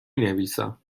نویسم